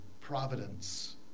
providence